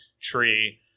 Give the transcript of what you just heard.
tree